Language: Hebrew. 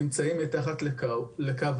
ואני חושב שזה די מדהים נמצאים מתחת לקו